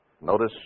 Notice